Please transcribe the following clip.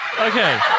Okay